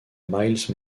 miles